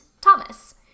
Thomas